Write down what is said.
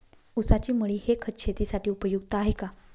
ऊसाची मळी हे खत शेतीसाठी उपयुक्त आहे का?